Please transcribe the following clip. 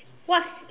what